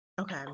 Okay